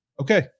okay